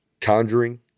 Conjuring